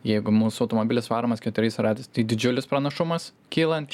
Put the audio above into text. jeigu mūsų automobilis varomas keturiais ratais tai didžiulis pranašumas kylant